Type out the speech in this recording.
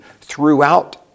throughout